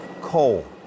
Coal